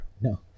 No